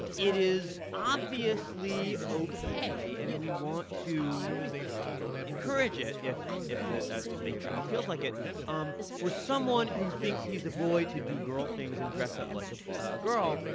it is obviously ok and we want to encourage it if if ah a child feels like it um for someone who thinks he's a boy to do girl things and dress up like ah a girl,